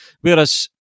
Whereas